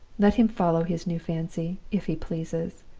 let him follow his new fancy, if he pleases!